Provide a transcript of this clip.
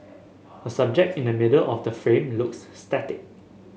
a subject in the middle of the frame looks static